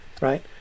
right